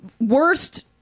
worst